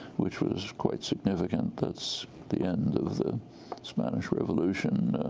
which was quite significant. that's the end of the spanish revolution.